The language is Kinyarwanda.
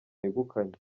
yegukanye